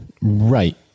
Right